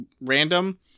random